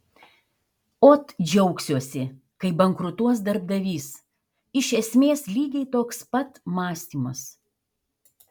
ot džiaugsiuosi kai bankrutuos darbdavys iš esmės lygiai toks pat mąstymas